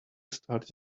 start